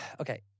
Okay